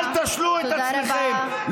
אל תשלו את עצמכם,